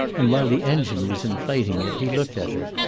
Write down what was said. and while the engine was inflating it, he looked at her.